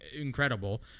incredible